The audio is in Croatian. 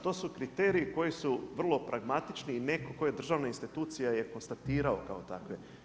To su kriteriji koji su vrlo pragmatični i netko tko je državna institucija je konstatirao kao takve.